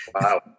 wow